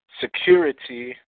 security